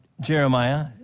Jeremiah